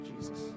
Jesus